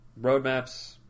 Roadmaps